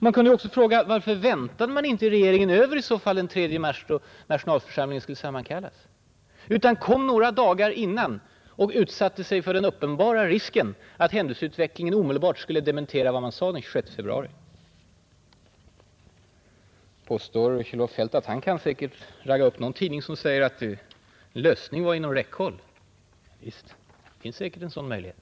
Man kan också fråga varför regeringen inte väntade över den 3 mars då nationalförsamlingen skulle sammankallas utan fattade beslutet några dagar före och därmed utsatte sig för den uppenbara risken att händelseutvecklingen omedelbart skulle dementera vad man hade sagt den 26 februari. Kjell-Olof Feldt svarar då att han säkerligen kan ragga upp någon tidning som säger att en lösning var inom räckhåll. Visst, det finns säkert en sådan möjlighet.